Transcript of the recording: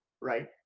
right